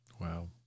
Wow